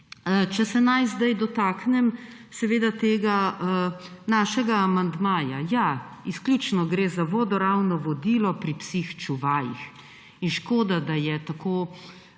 Naj se zdaj dotaknem tega našega amandmaja. Ja, izključno gre za vodoravno vodilo pri psih čuvajih. In škoda, da je tako